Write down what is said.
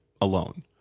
alone